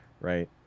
right